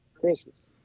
Christmas